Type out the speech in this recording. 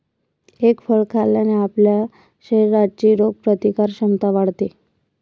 egg फळ खाल्ल्याने आपल्या शरीराची रोगप्रतिकारक क्षमता वाढते